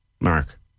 Mark